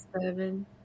Seven